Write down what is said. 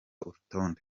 urutonde